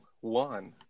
one